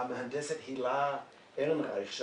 המהנדסת הילה ארנרייך לנושא הזה,